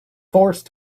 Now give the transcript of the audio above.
forced